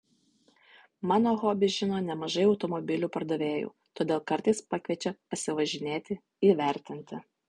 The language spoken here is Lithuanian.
mano hobį žino nemažai automobilių pardavėjų todėl kartais pakviečia pasivažinėti įvertinti